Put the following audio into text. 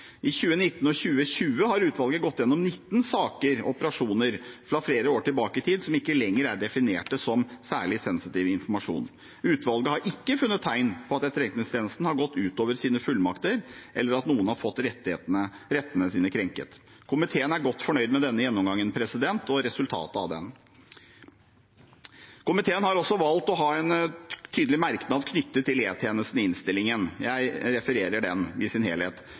I 2019 og 2020 har utvalget gått gjennom 19 saker/operasjoner fra flere år tilbake i tid som ikke lenger er definert som særlig sensitiv informasjon. Utvalget har ikke funnet tegn på at Etterretningstjenesten har gått utover sine fullmakter, eller at noen har fått rettene sine krenket. Komiteen er godt fornøyd med denne gjennomgangen og resultatet av den. Komiteen har også valgt å ha en tydelig merknad knyttet til E-tjenesten i innstillingen. Jeg refererer den i sin helhet: